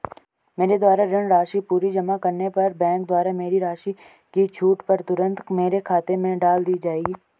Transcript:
मेरे द्वारा ऋण राशि पूरी जमा करने पर बैंक द्वारा मेरी राशि की छूट को तुरन्त मेरे खाते में डाल दी जायेगी?